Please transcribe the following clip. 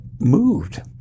moved